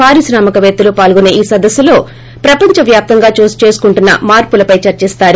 పారిశ్రామిక పేత్తలు వాల్గునే ఈ సదస్సు లో ప్రపంచ వ్యాప్తం గా చోటుచేకుంటున్న మార్సుల పే చర్చిస్తారు